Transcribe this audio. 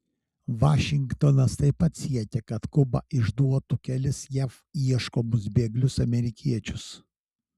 vašingtonas taip pat siekia kad kuba išduotų kelis jav ieškomus bėglius amerikiečius